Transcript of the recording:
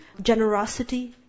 generosity